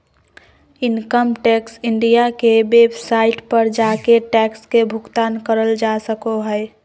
income tax India के website पर जाके टैक्स के भुगतान करल जा सको हय